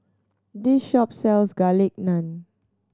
this shop sells Garlic Naan